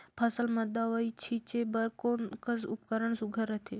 फसल म दव ई छीचे बर कोन कस उपकरण सुघ्घर रथे?